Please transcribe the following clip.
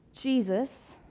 Jesus